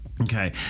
Okay